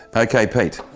okay pete,